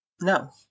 no